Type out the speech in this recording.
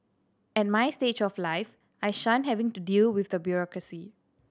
at my stage of life I shun having to deal with the bureaucracy